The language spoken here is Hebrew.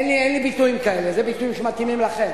אין לי ביטויים כאלה, אלה ביטויים שמתאימים לכם.